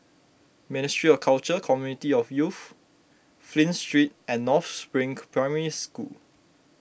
Ministry of Culture Community and Youth Flint Street and North Spring Primary School